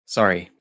Sorry